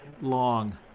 long